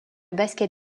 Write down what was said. basket